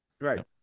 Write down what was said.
Right